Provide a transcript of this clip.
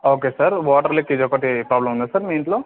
okay sir water leakage ఒకటే problem ఉందా sir మీ ఇంట్లో